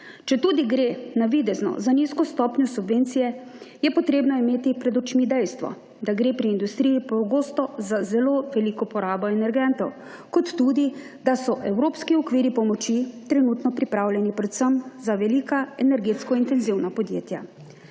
Četudi gre navidezno za nizko stopnjo subvencije je potrebno imeti pred očmi dejstvo, da gre pri industriji pogosto za zelo veliko porabo energentov kot tudi, da so evropski okviri pomoči trenutno pripravljeni predvsem za velika energetsko intenzivna podjetja,